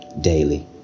daily